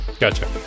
Gotcha